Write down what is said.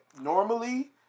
Normally